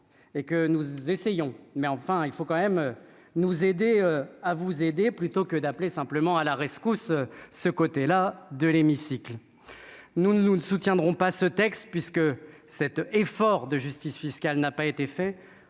et que nous essayons, mais enfin il faut quand même nous aider à vous aider, plutôt que d'appeler simplement à la rescousse ce côté-là de l'hémicycle, nous ne nous ne soutiendrons pas ce texte, puisque cet effort de justice fiscale n'a pas été fait